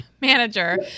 manager